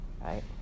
Right